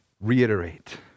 reiterate